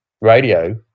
radio